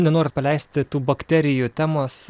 nenoriu paleisti tų bakterijų temos